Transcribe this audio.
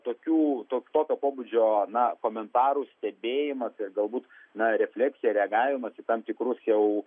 tokių tokio pobūdžio na komentarų stebėjimas ir galbūt na refleksija reagavimas į tam tikrus jau